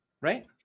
Right